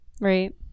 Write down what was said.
Right